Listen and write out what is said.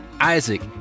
Isaac